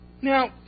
Now